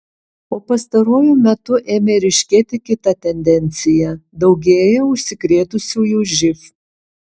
o pastaruoju metu ėmė ryškėti kita tendencija daugėja užsikrėtusiųjų živ